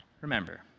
remember